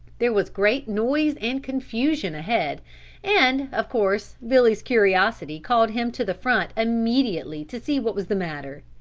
there was great noise and confusion ahead and, of course, billy's curiosity called him to the front immediately to see what was the matter.